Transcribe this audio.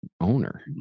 owner